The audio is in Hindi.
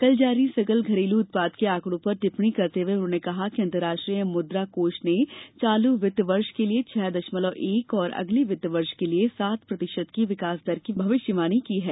कल जारी सकल घरेलू उत्पाद के आकड़ों पर टिप्पणी करते हुए उन्होंने कहा कि अंतर्राष्ट्रीय मुद्रा कोष ने चालू वित्त वर्ष के लिए छह दशमलव एक और अगले वित्त वर्ष के लिए सात प्रतिशत की विकास दर की भविष्यवाणी की है